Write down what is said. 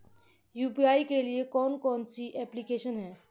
UPI के लिए कौन कौन सी एप्लिकेशन हैं?